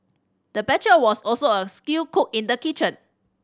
the butcher was also a skilled cook in the kitchen